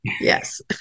Yes